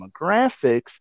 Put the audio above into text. demographics